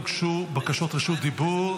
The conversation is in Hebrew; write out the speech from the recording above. הוגשו בקשות רשות דיבור.